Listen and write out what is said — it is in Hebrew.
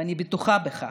ואני בטוחה בכך.